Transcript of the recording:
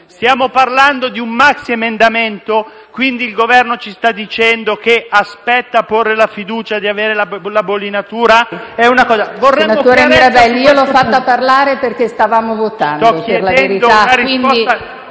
stiamo parlando di un maximendamento, quindi il Governo ci sta dicendo che aspetta, per porre la fiducia, di avere la bollinatura?